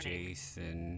Jason